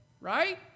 right